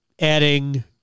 adding